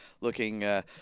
Looking